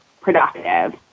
productive